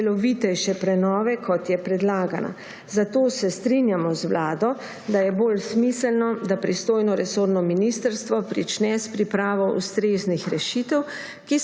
celovitejše prenove, kot je predlagana. Zato se strinjamo z Vlado, da je bolj smiselno, da pristojno resorno ministrstvo prične s pripravo ustreznih rešitev,